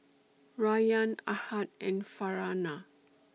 Rayyan Ahad and Farhanah